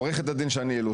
עורכת הדין שני אילוז,